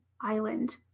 island